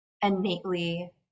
innately